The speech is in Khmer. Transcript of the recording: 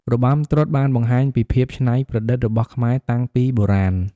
របាំត្រុដិបានបង្ហាញពីភាពច្នៃប្រឌិតរបស់ខ្មែរតាំងពីបុរាណ។